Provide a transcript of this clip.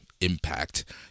impact